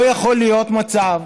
לא יכול להיות מצב